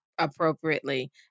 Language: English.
appropriately